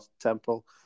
Temple